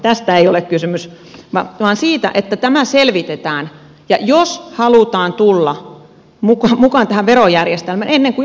tästä ei ole kysymys vaan siitä että tämä selvitetään ja jos halutaan tulla mukaan tähän verojärjestelmään ennen kuin